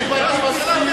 היישובים הבדואיים,